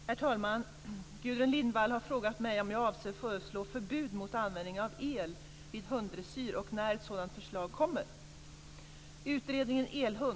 Herr talman! Gudrun Lindvall har frågat mig om jag avser föreslå förbud mot användning av el vid hunddressyr och när ett sådant förslag kommer.